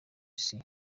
isi